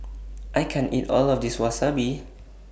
I can't eat All of This Wasabi